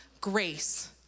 grace